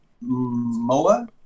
MOA